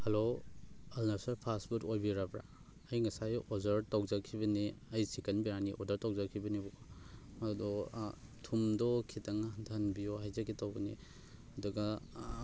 hello ꯑꯜ ꯑꯁꯔ fast food ꯑꯣꯏꯕꯤꯔꯕ꯭ꯔꯥ ꯑꯩ ꯉꯁꯥꯏ ꯑꯣꯔꯗꯔ ꯇꯧꯖꯈꯤꯕꯅꯦ ꯑꯩ ꯆꯤꯛꯀꯟ ꯕ꯭ꯔꯤꯌꯥꯅꯤ ꯑꯣꯔꯗꯔ ꯇꯧꯖꯈꯤꯕꯅꯦꯕꯀꯣ ꯑꯗꯣ ꯊꯨꯝꯗꯣ ꯈꯤꯇꯪ ꯍꯟꯊꯍꯟꯕꯤꯌꯣ ꯍꯥꯏꯖꯒꯦ ꯇꯧꯖꯕꯅꯦ ꯑꯗꯨꯒ